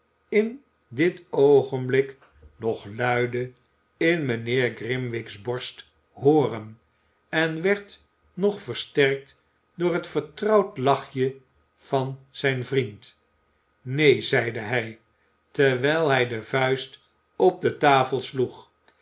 in dit oogenblik nog luide in mijnheer grimwig's borst hooren en werd nog versterkt door het vertrouwend lachje van zijn vriend neen zeide hij terwijl hij de vuist op de tafel sloeg